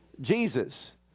Jesus